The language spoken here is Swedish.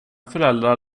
föräldrar